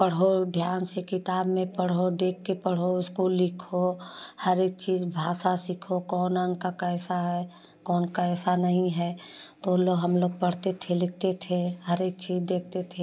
पढ़ो ध्यान से किताब में पढ़ो ध्यान से पढ़ो देख के पढ़ो उसको लिखो हर एक चीज भाषा सीखो कौन अंक का कैसा है कौन कैसा नहीं है तो लोग हम लोग पढ़ते थे लिखते थे हर एक चीज देखते थे